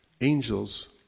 Angels